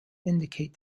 indicate